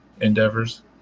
endeavors